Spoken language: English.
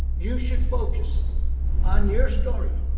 you should focus on your story,